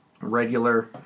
regular